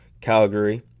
Calgary